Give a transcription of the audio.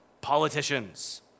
politicians